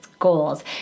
goals